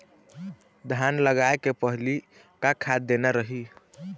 धान लगाय के पहली का खाद देना रही?